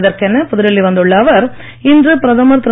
இதற்கென புதுடெல்லி வந்துள்ள அவர் இன்று பிரதமர் திரு